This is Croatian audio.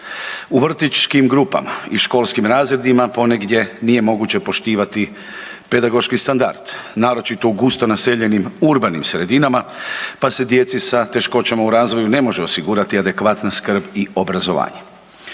U vrtićkim grupama i školskim razredima ponegdje nije moguće poštivati pedagoški standard, naročito u gusto naseljenim urbanim sredinama pa se djeci sa teškoćama u razvoju ne može osigurati adekvatna skrb i obrazovanje.